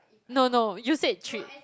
no no you said treat